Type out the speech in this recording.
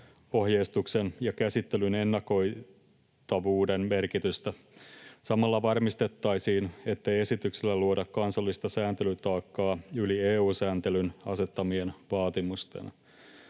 ohjeistuksen ja käsittelyn ennakoitavuuden merkitystä. Samalla varmistettaisiin, ettei esityksellä luoda kansallista sääntelytaakkaa yli EU-sääntelyn asettamien vaatimusten.